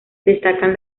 destacan